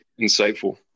insightful